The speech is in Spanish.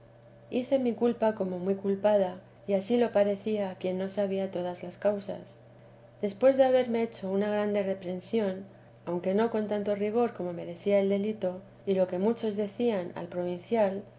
hice mi culpa como muy culpada y ansí lo parecía a quien no sabía todas las causas después de haberme hecho una grande reprensión aunque no con tanto rigor como merecía el delito y lo que muchos decían al provincial